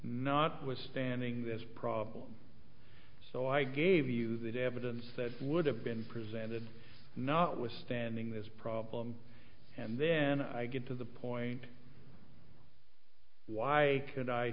not withstanding this problem so i gave you that evidence that would have been presented notwithstanding this problem and then i get to the point why